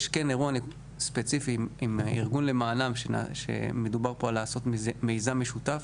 יש אירוע ספציפי עם ארגון למענם שמדובר על לעשות מיזם משותף,